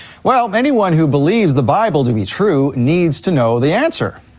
well, anyone who believes the bible to be true needs to know the answer,